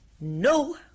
No